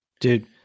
dude